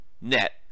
net